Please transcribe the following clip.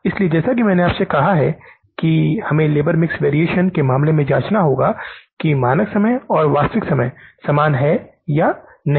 इसलिए जैसा कि मैंने आपसे कहा कि हमें लेबर मिक्स वेरिएशन के मामले में जांचना होगा कि मानक समय और वास्तविक समय समान हैं या नहीं